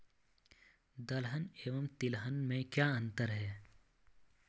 दलहन एवं तिलहन में क्या अंतर है?